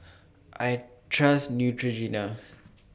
I Trust Neutrogena